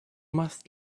must